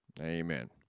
Amen